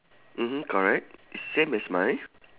mmhmm correct same as mine